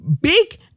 big